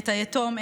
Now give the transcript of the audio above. את היתום,